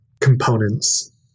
components